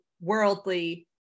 worldly